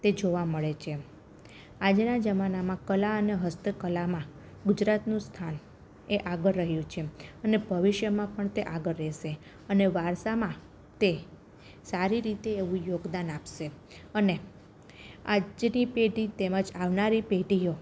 તે જોવા મળે છે આજના જમાનામાં કલા અને હસ્તકલામાં ગુજરાતનું સ્થાન એ આગળ રહ્યું છે અને ભવિષ્યમાં પણ તે આગળ રહેશે અને વારસામાં તે સારી રીતે એવું યોગદાન આપશે અને આજની પેઢી તેમજ આવનારી પેઢીઓ